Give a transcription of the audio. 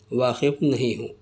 واقف نہیں ہوں